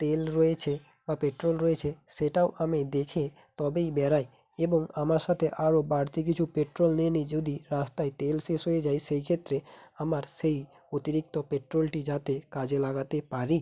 তেল রয়েছে বা পেট্রোল রয়েছে সেটাও আমি দেখে তবেই বেড়াই এবং আমার সাথে আরো বাড়তি কিছু পেট্রোল নিয়ে নিই যদি রাস্তায় তেল শেষ হয়ে যায় সেইক্ষেত্রে আমার সেই অতিরিক্ত পেট্রোলটি যাতে কাজে লাগাতে পারি